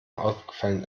aufgefallen